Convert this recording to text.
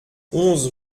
onze